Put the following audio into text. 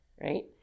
Right